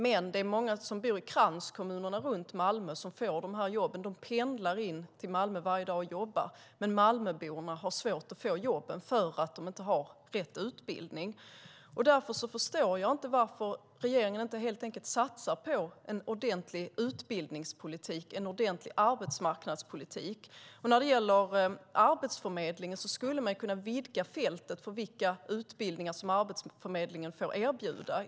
Men det är många som bor i kranskommunerna runt Malmö som får jobben. De pendlar varje dag in till Malmö och jobbar, men Malmöborna har svårt att få jobben därför att de inte har rätt utbildning. Därför förstår jag inte varför regeringen inte helt enkelt satsar på en ordentlig utbildningspolitik och en ordentlig arbetsmarknadspolitik. När det gäller Arbetsförmedlingen skulle man kunna vidga fältet för vilka utbildningar Arbetsförmedlingen får erbjuda.